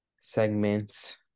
segments